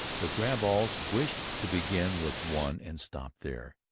the grab-alls wished to begin with one and stop there.